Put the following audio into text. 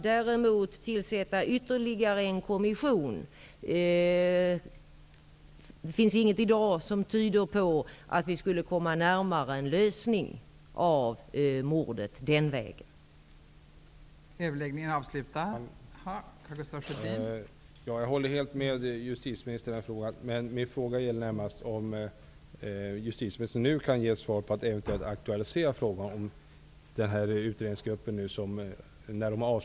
Det finns inget som i dag tyder på att vi skulle komma närmare en lösning av mordgåtan genom att tillsätta en ytterligare kommission.